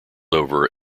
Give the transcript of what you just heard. over